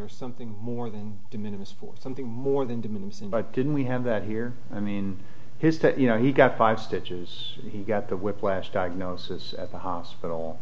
are something more than de minimus for something more than diminishing but didn't we have that here i mean history you know he got five stitches he got the whiplash diagnosis at the hospital